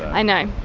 i know,